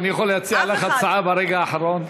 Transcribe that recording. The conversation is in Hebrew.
אני יכול להציע לך הצעה ברגע האחרון?